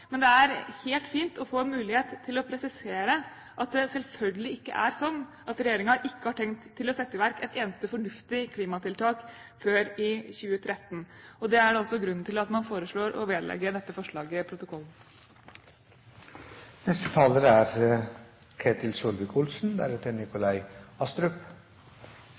men det er helt fint å få en mulighet til å presisere at det selvfølgelig ikke er slik at regjeringen ikke har tenkt å sette i verk et eneste fornuftig klimatiltak før i 2013. Det er også grunnen til at man foreslår å vedlegge dette forslaget